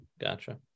Gotcha